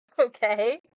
Okay